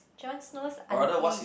Jon Snow's auntie